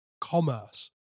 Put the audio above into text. commerce